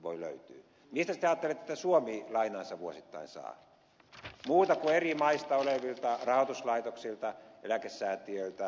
mistä sitten ajattelette että suomi lainansa vuosittain saa muualta kuin eri maista olevilta rahoituslaitoksilta eläkesäätiöiltä